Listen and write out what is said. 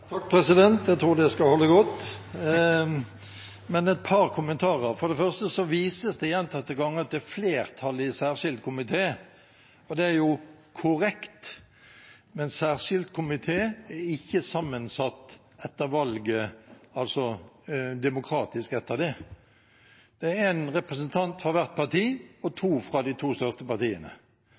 Jeg tror det skal holde godt, men et par kommentarer. For det første vises det gjentatte ganger til flertallet i den særskilte komité. Det er jo korrekt, men den særskilte komiteen er ikke sammensatt etter valget, demokratisk etter det. Det er en representant fra hvert parti og to fra de to største partiene.